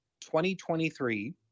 2023